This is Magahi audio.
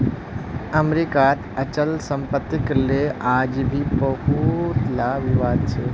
अमरीकात अचल सम्पत्तिक ले आज भी बहुतला विवाद छ